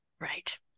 Right